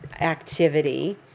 activity